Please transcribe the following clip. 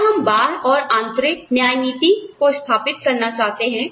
क्या हम बाह्य औरआंतरिक न्याय नीति को स्थापित करना चाहते हैं